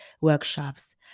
workshops